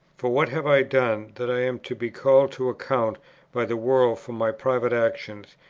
for what have i done that i am to be called to account by the world for my private actions,